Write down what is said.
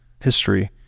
history